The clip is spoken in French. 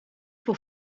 pour